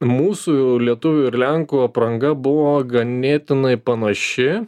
mūsų lietuvių ir lenkų apranga buvo ganėtinai panaši